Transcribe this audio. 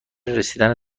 رسیدن